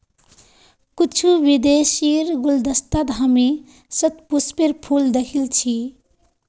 कुछू विदेशीर गुलदस्तात हामी शतपुष्पेर फूल दखिल छि